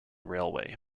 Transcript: railway